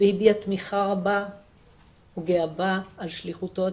והביעה תמיכה רבה וגאווה על שליחותו הציבורית,